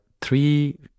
three